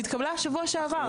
היא התקבלה בשבוע שעבר,